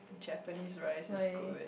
Japanese rice is good